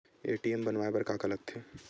ATM बनवाय बर का का लगथे?